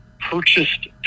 purchased